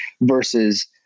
versus